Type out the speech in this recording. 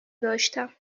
داشتم